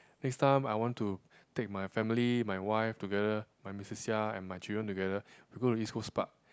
next time I want to take my family my wife together my missus Seah and my children together we go to East Coast Park